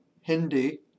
Hindi